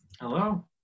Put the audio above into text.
Hello